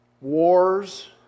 wars